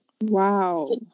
Wow